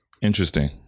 Interesting